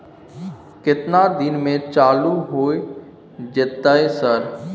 केतना दिन में चालू होय जेतै सर?